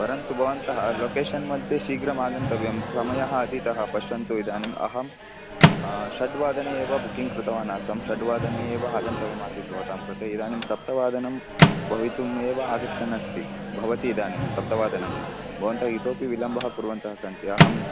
परन्तु भवन्तः लोकेशन् मध्ये शीघ्रम् आगन्तव्यं समयः अतीतः पश्यन्तु इदानीम् अहं षड्वादने एव बुकिङ्ग् कृतवान् आसम् षड्वादने एव आगन्तव्यम् आसीत् भवतां कृते इदानीं सप्तवादनं भवितुम् एव आगच्छन् अस्ति भवति इदानीं सप्तवादनं भवन्तः इतोऽपि विलम्बः कुर्वन्तः सन्ति अहं